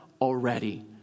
already